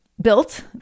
built